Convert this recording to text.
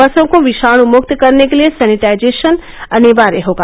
बसों को विषाणु मुक्त करने के लिए सैनिटाइजेशन अनिवार्य होगा